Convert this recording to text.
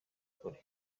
kure